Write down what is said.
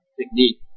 technique